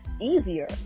easier